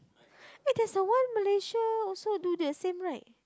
eh there's a one Malaysia also do the same right